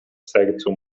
sercu